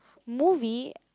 movie